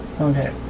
Okay